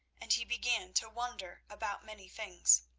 and he began to wonder about many things.